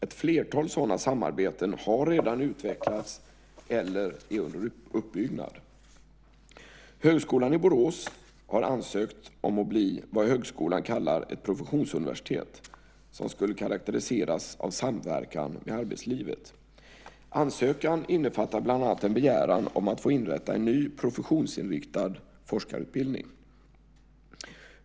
Ett flertal sådana samarbeten har redan utvecklats eller är under uppbyggnad. Högskolan i Borås har ansökt om att bli vad högskolan kallar ett professionsuniversitet som skulle karakteriseras av samverkan med arbetslivet. Ansökan innefattar bland annat en begäran om att få inrätta en ny professionsinriktad forskarutbildning.